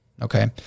Okay